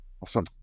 Awesome